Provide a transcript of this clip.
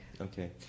Okay